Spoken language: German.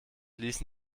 ließen